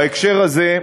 בהקשר הזה,